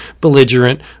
belligerent